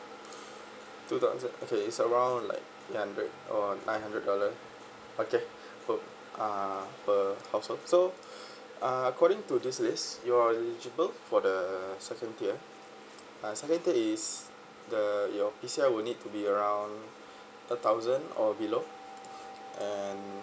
two thousand okay it's around like eight hundred or nine hundred dollar okay per uh per household so uh according to this list you're eligible for the second tier uh second tier is the your PCI will need to be around a thousand or below and